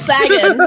Sagan